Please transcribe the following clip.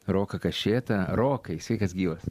roką kašėtą rokai sveikas gyvas